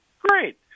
great